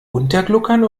untergluckern